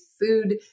food